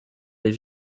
les